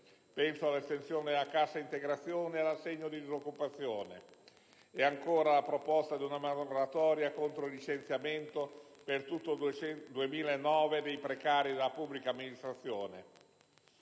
Penso all'estensione della cassa integrazione, all'assegno di disoccupazione e ancora alla proposta di una moratoria contro il licenziamento per tutto il 2009 dei precari della pubblica amministrazione.